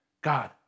God